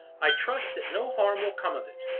i trust that no harm will come of it.